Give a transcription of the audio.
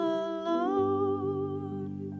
alone